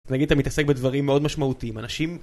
נגיד אתה מתעסק בדברים מאוד משמעותיים, אנשים...